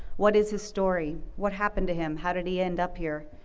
what is his story, what happened to him, how did he end up here,